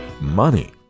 money